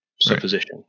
supposition